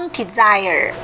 desire